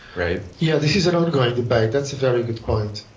right? yeah, this is an ongoing debate. that's a very good point.